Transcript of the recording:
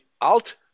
Alt